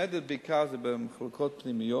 המדד הוא בעיקר במחלקות הפנימיות.